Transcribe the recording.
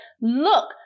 look